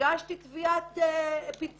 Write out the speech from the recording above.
הגשתי תביעת פיצויים?